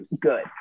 good